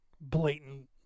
blatant